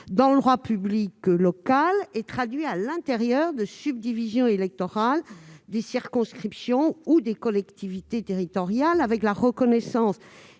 dans le droit public local et traduit, à l'intérieur de subdivisions électorales, des circonscriptions ou des collectivités territoriales particulières et, donc,